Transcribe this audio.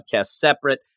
separate